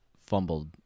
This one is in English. fumbled